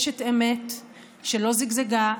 אשת אמת שלא זגזגה,